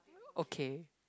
okay